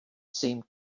seemed